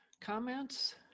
comments